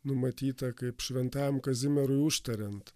numatyta kaip šventajam kazimierui užtariant